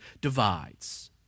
divides